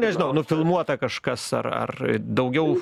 nežinau nufilmuota kažkas ar ar daugiau